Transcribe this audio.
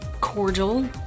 cordial